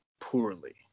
poorly